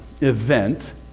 event